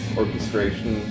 orchestration